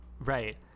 Right